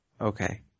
Okay